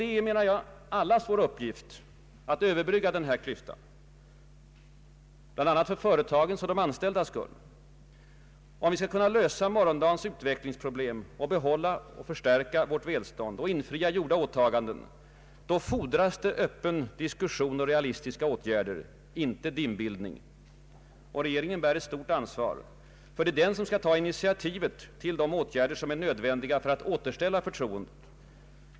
Det är, menar jag, allas vår uppgift att överbrygga den här klyftan, bl.a. för företagens och de anställdas skull. Om vi skall kunna lösa morgondagens utvecklingsproblem och behålla och förstärka vårt välstånd och infria gjorda åtaganden, då fordras det öppen diskussion och realistiska åtgärder, inte dimbildning, och regeringen bär ett stort ansvar. Det är nämligen den som skall ta initiativet till de åtgärder som är nödvändiga för att återställa förtroendet.